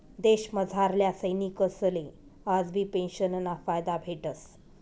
देशमझारल्या सैनिकसले आजबी पेंशनना फायदा भेटस